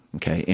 ok. yeah